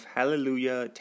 Hallelujah